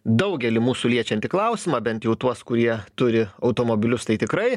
daugelį mūsų liečiantį klausimą bent jau tuos kurie turi automobilius tai tikrai